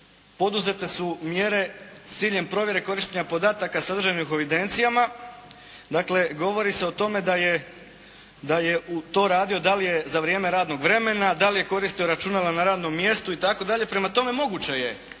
poduzete su mjere s ciljem provjere korištenja podataka sadržanih u evidencijama. Dakle, govori se o tome da je u to radio, da li je za vrijeme radnog vremena, da li je koristio računalo na radnom mjestu itd. Prema tome, moguće je